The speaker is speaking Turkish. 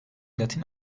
latin